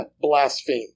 blaspheme